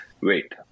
wait